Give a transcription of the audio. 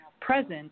present